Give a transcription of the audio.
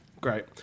Great